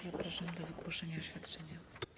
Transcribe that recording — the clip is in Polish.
Zapraszam do wygłoszenia oświadczenia.